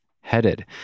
headed